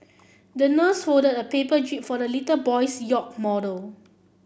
the nurse folded a paper jib for the little boy's yacht model